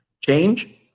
change